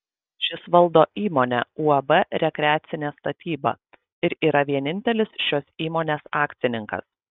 šis valdo įmonę uab rekreacinė statyba ir yra vienintelis šios įmonės akcininkas